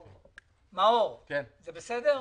מאור, זה בסדר?